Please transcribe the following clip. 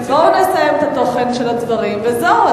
בואו נסיים את התוכן של הדברים וזהו.